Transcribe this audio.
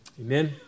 Amen